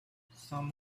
some